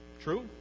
True